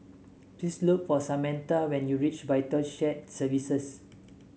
please look for Samantha when you reach Vital Shared Services